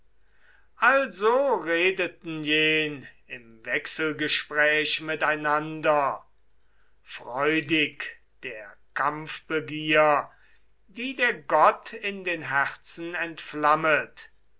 also redeten jen im wechselgespräch miteinander freudig der kampfbegier die der gott in den herzen entflammet